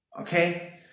okay